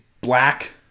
black